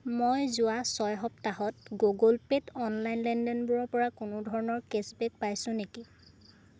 মই যোৱা ছয় সপ্তাহত গুগল পে'ত অনলাইন লেনদেনবোৰৰপৰা কোনো ধৰণৰ কেশ্ববেক পাইছোঁ নেকি